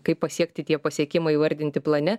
kaip pasiekti tie pasiekimai įvardinti plane